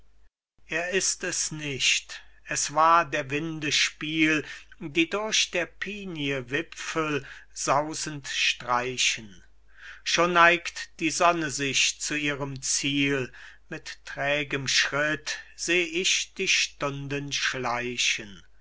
es ist es nicht es war der winde spiel die durch der pinie wipfel sausend streichen schon neigt die sonne sich zu ihrem ziel mit trägem schritt seh ich die stunden schleichen